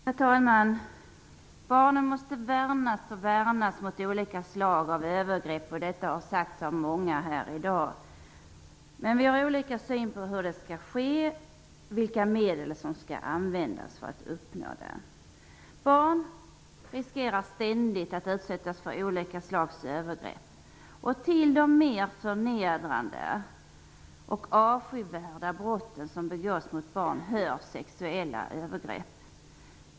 Herr talman! Barnen måste värnas mot olika slag av övergrepp. Detta har sagts av många här i dag, men vi har olika syn på hur detta skall ske och vilka medel som skall användas för att uppnå detta. Barn riskerar ständigt att utsättas för olika slags övergrepp. Till de mer förnedrande och avskyvärda brotten som begås mot barn hör sexuella övergrepp.